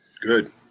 good